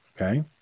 okay